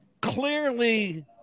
Clearly